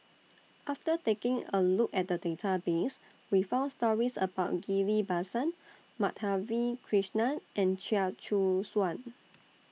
after taking A Look At The Database We found stories about Ghillie BaSan Madhavi Krishnan and Chia Choo Suan